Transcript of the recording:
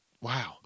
wow